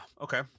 Okay